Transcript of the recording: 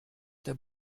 der